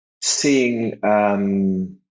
seeing